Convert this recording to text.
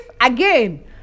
again